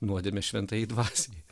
nuodėme šventajai dvasiai